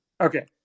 Okay